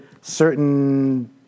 certain